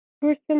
person